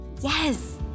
Yes